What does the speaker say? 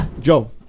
Joe